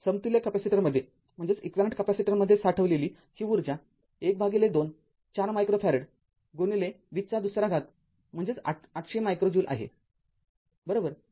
समतुल्य कॅपेसिटरमध्ये साठवलेली ही ऊर्जा १२ ४ मायक्रो फॅरेड २० २ म्हणजे ८०० मायक्रो ज्यूल आहे बरोबर